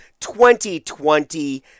2020